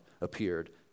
appeared